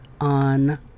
on